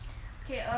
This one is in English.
okay um